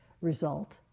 result